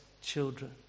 children